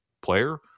player